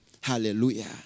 Hallelujah